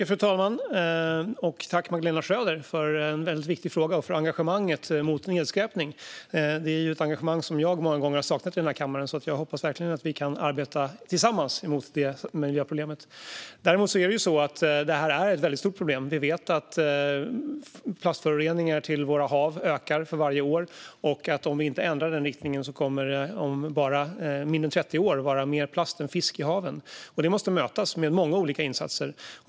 Fru talman! Tack, Magdalena Schröder, för en väldigt viktig fråga och för engagemanget mot nedskräpning! Det är ett engagemang som jag många gånger har saknat i denna kammare. Jag hoppas verkligen att vi kan arbeta tillsammans mot detta miljöproblem. Däremot är det ett väldigt stort problem. Vi vet att plastföroreningar i våra hav ökar för varje år och att om vi inte ändrar den riktningen kommer det om mindre än 30 år att vara mer plast än fisk i haven. Det måste mötas med många olika insatser.